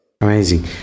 Amazing